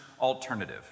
alternative